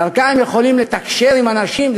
דרכה הם יכולים לתקשר עם אנשים.